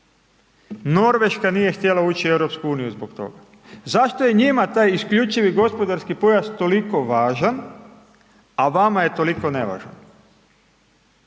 Norveška nije htjela ući u EU zbog toga. Zašto je njima taj isključivi gospodarski pojas toliko važan, a vama je toliko nevažan?